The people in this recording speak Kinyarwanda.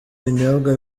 binyobwa